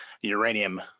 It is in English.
uranium